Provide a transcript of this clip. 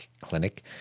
Clinic